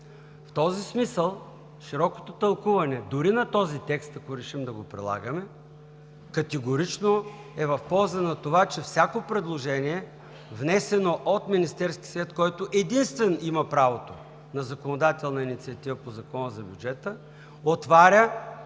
В този смисъл широкото тълкуване дори на този текст, ако решим да го прилагаме, категорично е в полза на това, че всяко предложение, внесено от Министерския съвет, който единствен има правото на законодателна инициатива по Закона за бюджета, отваря